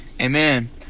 Amen